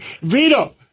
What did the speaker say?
Vito